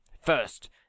First